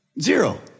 Zero